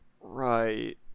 Right